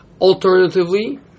Alternatively